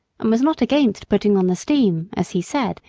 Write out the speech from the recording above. and was not against putting on the steam, as he said,